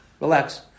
Relax